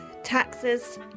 Taxes